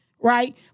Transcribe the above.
right